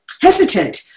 hesitant